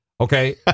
Okay